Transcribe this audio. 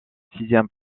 sixième